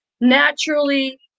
naturally